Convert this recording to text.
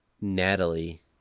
Natalie